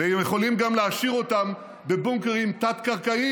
והם יכולים גם להעשיר אותו בבונקרים תת-קרקעיים.